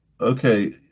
Okay